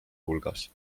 hulgas